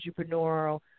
entrepreneurial